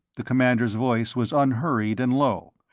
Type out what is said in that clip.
the commander's voice was unhurried and low,